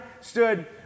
stood